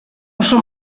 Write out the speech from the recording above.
oso